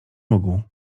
mógł